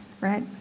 right